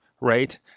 right